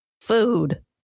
food